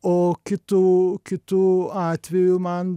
o kitu kitu atveju man